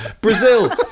Brazil